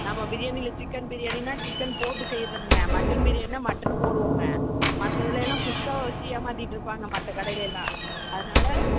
நம்ம பிரியாணியில் சிக்கன் பிரியாணின்னால் சிக்கன் போட்டு செய்கிறதுங்க மட்டன் பிரியாணின்னால் மட்டனும் போடுவோம்ங்க மற்றதுலேல்லாம் குஸ்க்காவை வச்சு ஏமாற்றிட்டுருப்பாங்க மற்ற கடையிலெல்லாம் அதனால